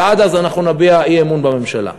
ועד אז אנחנו נביע אי-אמון בממשלה.